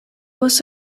was